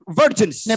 virgins